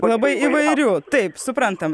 labai įvairių taip suprantam